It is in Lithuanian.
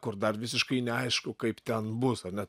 kur dar visiškai neaišku kaip ten bus ar ne